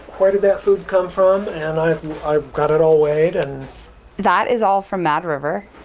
where did that food come from? and i've i've got it all weighed. and that is all from mad river,